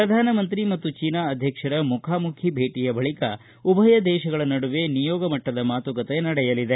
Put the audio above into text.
ಪ್ರಧಾನಮಂತ್ರಿ ಮತ್ತು ಚೀನಾ ಅಧ್ಯಕ್ಷರ ಮುಖಾಮುಖಿ ಭೇಟಿಯ ಬಳಕ ಉಭಯ ದೇಶಗಳ ನಡುವೆ ನಿಯೋಗ ಮಟ್ಟದ ಮಾತುಕತೆ ನಡೆಯಲಿದೆ